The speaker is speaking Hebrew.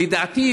לדעתי,